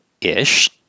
ish